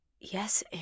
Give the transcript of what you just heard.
yes